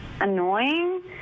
annoying